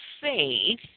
faith